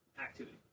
activity